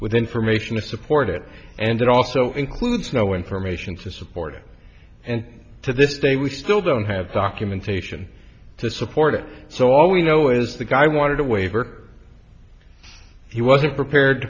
with information to support it and it also includes no information to support it and to this day we still don't have documentation to support it so all we know is the guy wanted a waiver he wasn't prepared